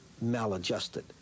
maladjusted